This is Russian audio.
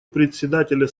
председателя